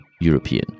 European